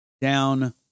down